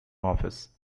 office